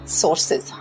sources